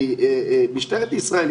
משטרת ישראל,